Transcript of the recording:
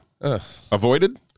Avoided